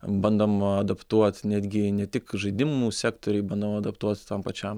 bandom adaptuot netgi ne tik žaidimų sektoriui bandom adaptuot tam pačiam